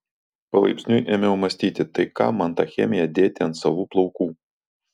palaipsniui ėmiau mąstyti tai kam man tą chemiją dėti ant savų plaukų